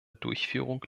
durchführung